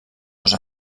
dos